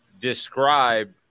describe